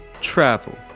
travel